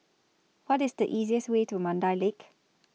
What IS The easiest Way to Mandai Lake